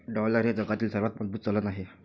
dollar हे जगातील सर्वात मजबूत चलन आहे